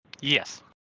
Yes